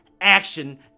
action